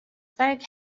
thank